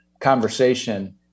conversation